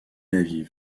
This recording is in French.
aviv